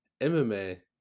MMA